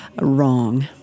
Wrong